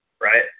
right